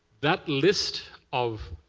that list of